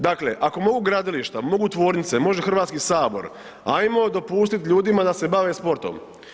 Dakle, ako mogu gradilišta, mogu tvornice, može Hrvatski sabor ajmo dopustiti ljudima da se bave sportom.